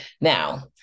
Now